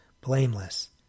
blameless